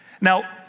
Now